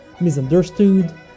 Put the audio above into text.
misunderstood